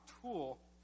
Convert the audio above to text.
tool